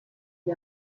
gli